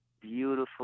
beautiful